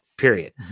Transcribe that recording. Period